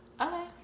Okay